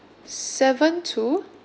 seven to